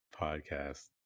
Podcast